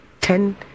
ten